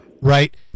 Right